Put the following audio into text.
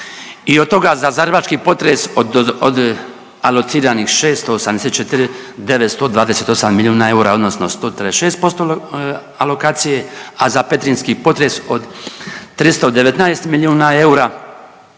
i od toga za zagrebački potres od alociranih 684.928 milijuna eura odnosno … posto alokacije, a za petrinjski potres od 319 milijuna eura